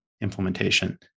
implementation